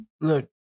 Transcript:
Look